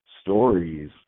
stories –